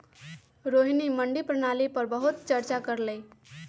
रोहिणी मंडी प्रणाली पर बहुत चर्चा कर लई